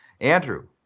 Andrew